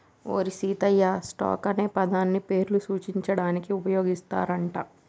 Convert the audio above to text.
ఓరి సీతయ్య, స్టాక్ అనే పదాన్ని పేర్లను సూచించడానికి ఉపయోగిస్తారు అంట